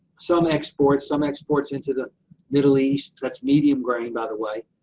some exports some exports into the middle east, that's medium grain by the way,